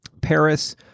paris